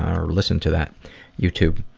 or listened to that youtube